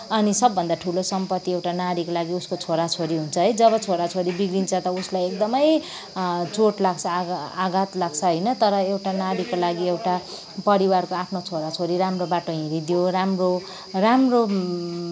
अनि सबभन्दा ठुलो सम्पति एउटा नारीको लागि उसको छोराछोरी हुन्छ है जब छोराछोरी बिग्रिन्छ त उसमा धेरै चोट लाग्छ आ आघात लाग्छ होइन तर एउटा नारीको लागि एउटा परिवारको आफ्नो छोराछोरी राम्रो बाटो हिँडिदियो राम्रो राम्रो